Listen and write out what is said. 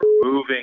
moving